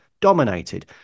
dominated